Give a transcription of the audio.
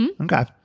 Okay